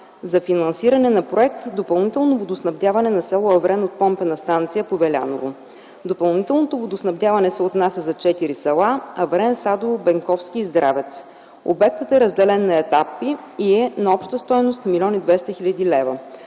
за финансиране на проект за допълнително водоснабдяване на с. Аврен от помпена станция „Повеляново”. Допълнителното водоснабдяване се отнася за четири села – Аврен, Садово, Бенковски и Здравец. Обектът е разделен на етапи и е на обща стойност 1 млн. 200 хил.